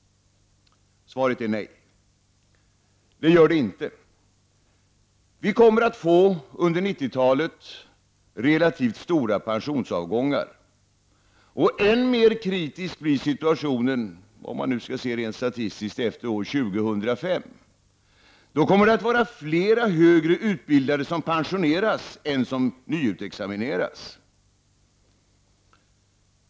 Svaret är nej. Under 90-talet kommer vi att få relativt stora pensionsavgångar, och än mer kritisk blir situationen, rent statistiskt sett, efter år 2005. Då kommer det att vara fler högutbildade som pensioneras än som nyutexamineras.